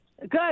Good